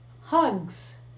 hugs